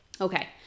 Okay